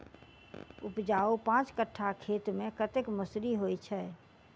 उपजाउ पांच कट्ठा खेत मे कतेक मसूरी होइ छै?